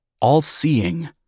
all-seeing